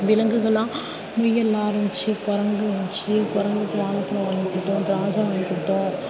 விலங்குகள்லாம் முயல்லாம் இருந்துச்சு குரங்கு இருந்துச்சு குரங்குக்கு வாழைப்பழம் வாங்கி கொடுத்தோம் திராட்சை வாங்கி கொடுத்தோம்